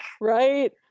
Right